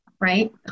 right